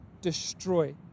destroy